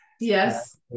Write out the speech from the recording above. Yes